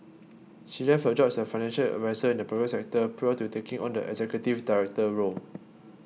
she left her job as a financial adviser in the private sector prior to taking on the executive director role